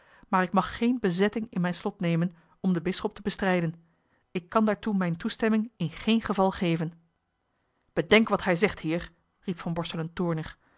maar ik mag geen bezetting in mijn slot nemen om den bisschop te bestrijden ik kan daartoe mijne toestemming in geen geval geven bedenk wat gij zegt heer riep van borselen toornig